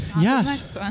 yes